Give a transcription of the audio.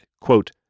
quote